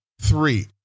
three